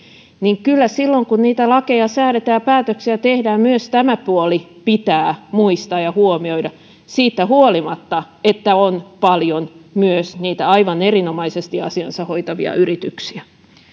niin että kyllä silloin kun niitä lakeja säädetään ja päätöksiä tehdään myös tämä puoli pitää muistaa ja huomioida siitä huolimatta että on paljon myös niitä aivan erinomaisesti asiansa hoitavia yrityksiä